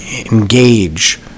engage